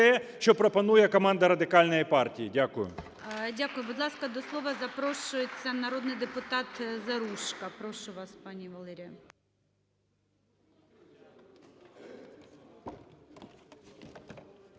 що пропонує команда Радикальної партії. Дякую. ГОЛОВУЮЧИЙ. Дякую. Будь ласка, до слова запрошується народний депутатЗаружко. Прошу вас, пані Валерія.